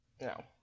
No